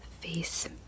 face